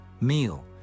meal